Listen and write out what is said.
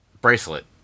bracelet